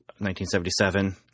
1977